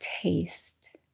taste